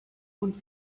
und